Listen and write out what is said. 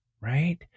right